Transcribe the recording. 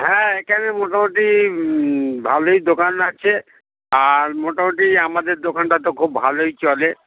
হ্যাঁ এখানে মোটামুটি ভালোই দোকান আছে আর মোটামুটি আমাদের দোকানটা তো খুব ভালোই চলে